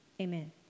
amen